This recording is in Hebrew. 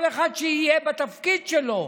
כל אחד שיהיה בתפקיד שלו.